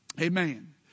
Amen